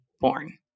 born